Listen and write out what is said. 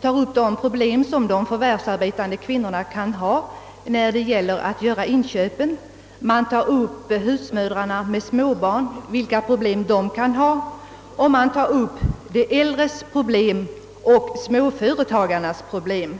tar upp de problem som de förvärvsarbetande kvinnorna kan ha när det gäller att göra inköp, man tar upp de problem husmödrar med småbarn kan ha, man tar upp de äldres problem och småföretagarnas problem.